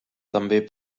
també